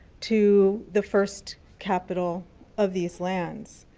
to the first capital of these lands.